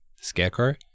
Scarecrow